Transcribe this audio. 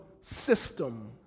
system